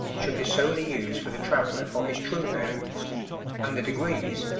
should be solely used for the traveller for his true bearings and the degrees,